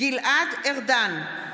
גלעד ארדן,